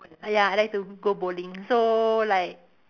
ya I like to go bowling so like